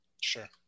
Sure